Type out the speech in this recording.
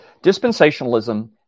dispensationalism